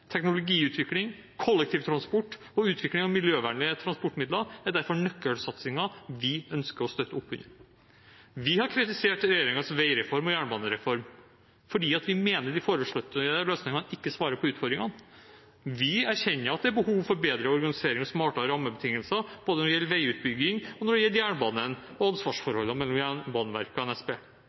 Teknologiutvikling, kollektivtransport og utvikling av miljøvennlige transportmidler er derfor nøkkelsatsinger vi ønsker å støtte opp under. Vi har kritisert regjeringens veireform og jernbanereform, fordi vi mener at de foreslåtte løsningene ikke svarer på utfordringene. Vi erkjenner at det er behov for bedre organisering og smartere rammebetingelser når det gjelder både veiutbygging og jernbanen, og når det gjelder ansvarsforholdet mellom Jernbaneverket og NSB.